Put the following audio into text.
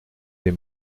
des